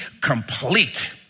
complete